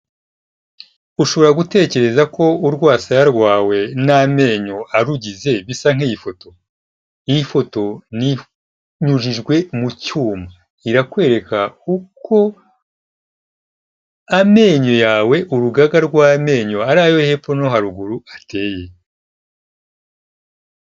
Ushobora gutekereza ko urwasaya rwawe n'amenyo arugize bisa nk'iyi foto, iyi foto inyujijwe mu cyuma, irakwereka uko amenyo yawe urugaga rw'amenyo ari ayo hepfo no haruguru ateye.